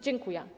Dziękuję.